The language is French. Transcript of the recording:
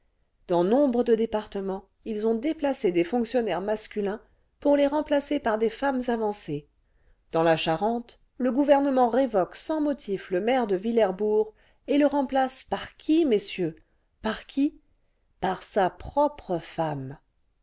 dans nombre de départements ils ont déplacé des fonctionnaires masculins pour les remplacer par des femmes avancées avancées la charente le gouvernement révoque sans motif le maire de villerbourg et le remplace par qui messieurs par qui par sa propre femme